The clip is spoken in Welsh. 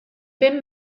bum